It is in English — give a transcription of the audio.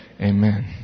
amen